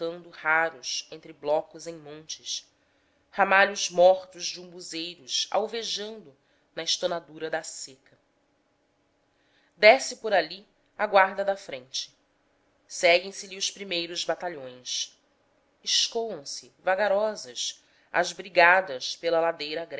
avultando raros entre blocos em montes ramalhos mortos de umbuzeiros alvejando na estonadura da seca desce por ali a guarda da frente seguem se lhe os primeiros batalhões escoam se vagarosas as brigadas pela ladeira